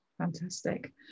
Fantastic